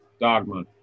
Dogma